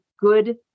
good